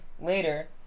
later